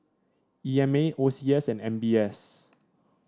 E M A O C S and M B S